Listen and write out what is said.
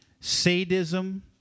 sadism